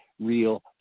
real